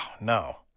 no